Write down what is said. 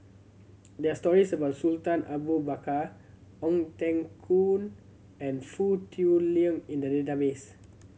there are stories about Sultan Abu Bakar Ong Teng Koon and Foo Tui Liew in the database